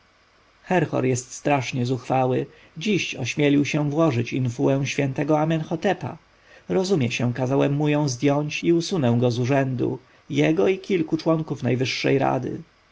wszystko herhor jest strasznie zuchwały dziś ośmielił się włożyć infułę świętego amenhotepa rozumie się kazałem mu ją zdjąć i usunę go od rządu jego i kilku członków najwyższej rady